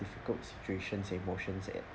difficult situations emotions and